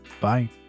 Bye